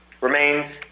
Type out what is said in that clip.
remains